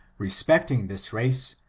respecting this race,